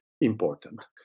important